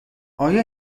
آیا